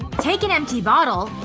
take an empty bottle,